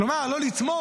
כלומר לא לתמוך.